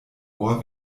ohr